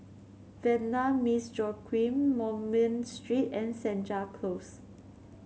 Vanda Miss Joaquim Moulmein Street and Senja Close